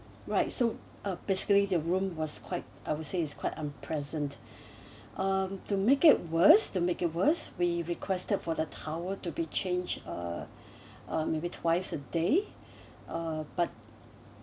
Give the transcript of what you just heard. right so uh basically the room was quite I would say is quite unpleasant um to make it worse to make it worse we requested for the towel to be change uh uh maybe twice a day uh but